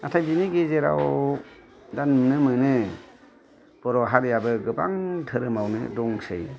नाथाय बेनि गेजेराव दा नुनो मोनो बर' हारियाबो गोबां धोरोमावनो दंसै